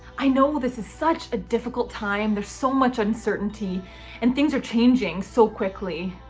i know this is such a difficult time. there's so much uncertainty and things are changing so quickly.